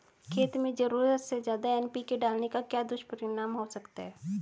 खेत में ज़रूरत से ज्यादा एन.पी.के डालने का क्या दुष्परिणाम हो सकता है?